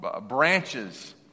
branches